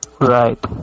Right